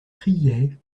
riait